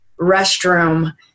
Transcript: restroom